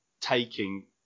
taking